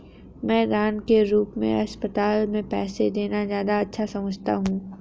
मैं दान के रूप में अस्पताल में पैसे देना ज्यादा अच्छा समझता हूँ